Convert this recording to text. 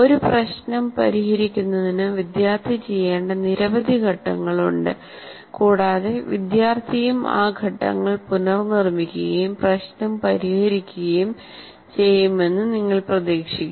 ഒരു പ്രശ്നം പരിഹരിക്കുന്നതിന് വിദ്യാർത്ഥി ചെയ്യേണ്ട നിരവധി ഘട്ടങ്ങളുണ്ട് കൂടാതെ വിദ്യാർത്ഥിയും ആ ഘട്ടങ്ങൾ പുനർനിർമ്മിക്കുകയും പ്രശ്നം പരിഹരിക്കുകയും ചെയ്യുമെന്ന് നിങ്ങൾ പ്രതീക്ഷിക്കുന്നു